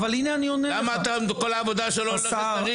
למה כל העבודה שלו הולכת לריק?